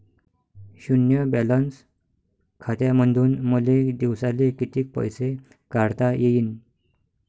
शुन्य बॅलन्स खात्यामंधून मले दिवसाले कितीक पैसे काढता येईन?